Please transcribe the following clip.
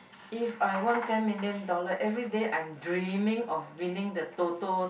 if I won ten million dollar every day I'm dreaming of winning the Toto